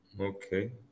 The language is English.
Okay